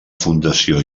fundació